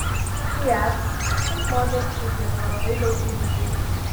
fiat šis modelis uždirbo labai daug pinigų